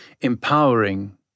empowering